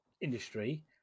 industry